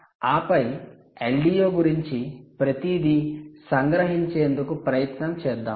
ఆపై LDO గురించి ప్రతిదీ సంగ్రహించేందుకు ప్రయత్నం చేద్దాము